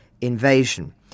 invasion